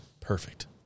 Perfect